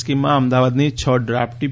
સ્કીમમાં અમદાવાદની છ draft T